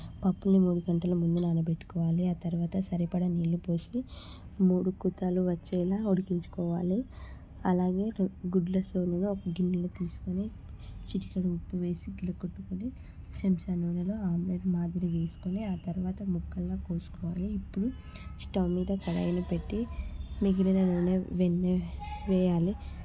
పప్పుని మూడు గంటలు ముందు నానబెట్టుకోవాలి ఆ తర్వాత సరిపడా నీళ్లు పోస్తూ మూడు కూతలు వచ్చేలా ఉడికించుకోవాలి అలాగే గుడ్ల సోనా ఒక గిన్నెలో తీసుకొని చిటికెడు ఉప్పు వేసి గిల కొట్టుకొని చెంచా నూనెలో ఆమ్లెట్ మాదిరి వేసుకొని ఆ తర్వాత ముక్కల్లా కోసుకోవాలి ఇప్పుడు స్టవ్ మీద కడాయిని పెట్టి మిగిలిన నూనె వెన్న వెయ్యాలి